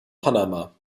panama